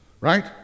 right